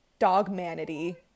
dogmanity